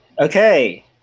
Okay